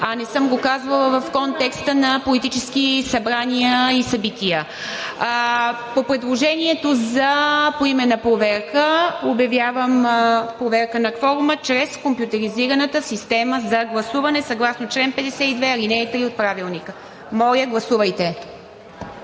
а не съм го казвала в контекста на политически събрания и събития. По предложението за поименна проверка обявявам проверка на кворума чрез компютризираната система за гласуване съгласно чл. 52, ал. 3 от Правилника. Моля, гласувайте.